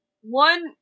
one